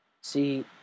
See